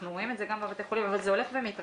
אנחנו רואים את זה גם בבתי החולים אבל זה הולך ומתרחב.